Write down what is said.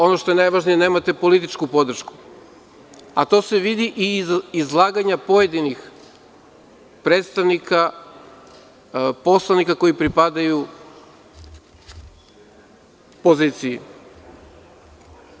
Ono što najvažnije, nemate političku podršku, a to se vidi i iz izlaganja pojedinih predstavnika, poslanika koji pripadaju poziciji.